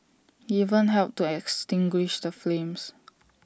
even helped to extinguish the flames